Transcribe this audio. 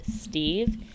steve